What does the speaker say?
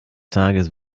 tages